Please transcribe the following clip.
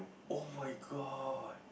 oh-my-god